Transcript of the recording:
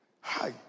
hi